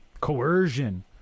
Coercion